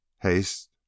Haste